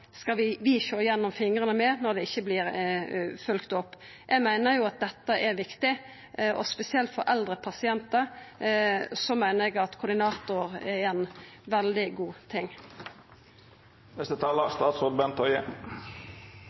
skal vera lovfesta, og så skal vi sjå gjennom fingrane med det når det ikkje vert følgt opp. Eg meiner dette er viktig. Spesielt for eldre pasientar meiner eg ein koordinator er ein veldig god ting.